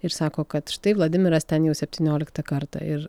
ir sako kad štai vladimiras ten jau septynioliktą kartą ir